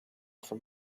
from